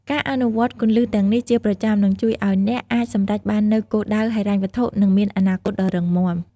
ការអនុវត្តន៍គន្លឹះទាំងនេះជាប្រចាំ នឹងជួយឱ្យអ្នកអាចសម្រេចបាននូវគោលដៅហិរញ្ញវត្ថុ និងមានអនាគតដ៏រឹងមាំ។